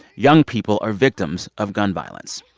young people are victims of gun violence.